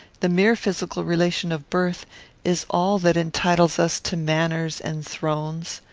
the mere physical relation of birth is all that entitles us to manors and thrones.